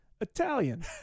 Italian